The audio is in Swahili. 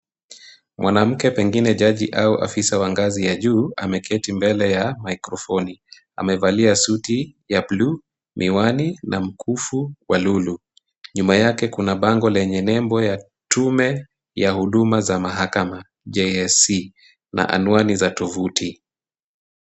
Mwanamke pengine jaji au afisa wa ngazi ya juu ameketi mbele ya maikrofoni. Amevalia suti ya bluu, miwani na mkufu wa lulu. Nyuma yake kuna bango lenye nembo ya, Tume ya Huduma za Mahakama (JSC) na anwani za tovuti.